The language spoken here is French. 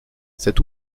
cet